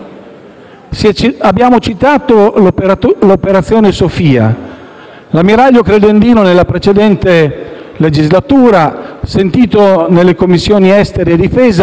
Abbiamo citato l'operazione Sophia. L'ammiraglio Credendino nella precedente legislatura, sentito nelle Commissioni esteri e difesa,